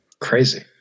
Crazy